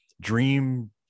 dream